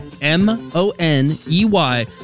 M-O-N-E-Y